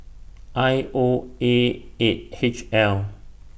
I O A eight H L